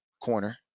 corner